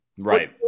Right